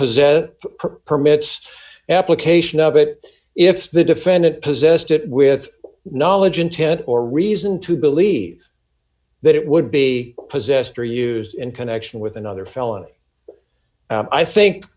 possess permits application of it if the defendant possessed it with knowledge intent or reason to believe that it would be possessed or used in connection with another felony i think